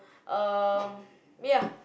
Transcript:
um ya